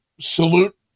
salute